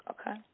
okay